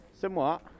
Somewhat